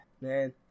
Man